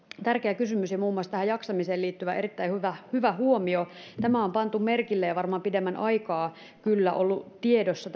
tärkeä kysymys ja muun muassa tähän jaksamiseen liittyvä erittäin hyvä hyvä huomio tämä asia on pantu merkille ja varmaan pidemmän aikaa kyllä ollut tiedossa